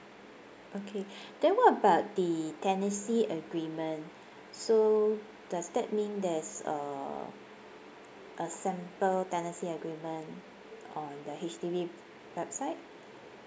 okay then what about the tenancy agreement so does that mean there's a a sample tenancy agreement on the H_D_B website